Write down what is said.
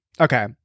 Okay